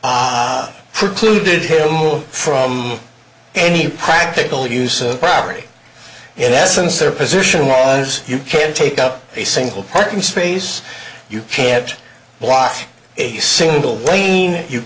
for clue detail from any practical use of property in essence their position was you can't take up a single parking space you can't block a single lane you